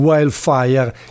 Wildfire